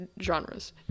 genres